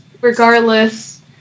regardless